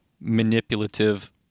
manipulative